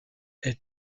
est